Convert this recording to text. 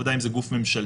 ודאי אם זה גוף ממשלתי